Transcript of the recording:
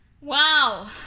Wow